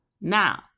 Now